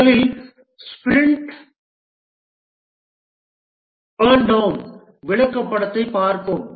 முதலில் sprint burn down விளக்கப்படத்தைப் பார்ப்போம்